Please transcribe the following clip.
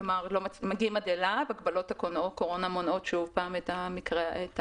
כלומר מגיעים עד אליו והגבלות הקורונה מונעות שוב את האירוע,